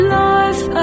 life